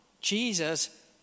Jesus